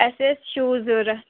اَسہِ ٲسۍ شوٗ ضروٗرت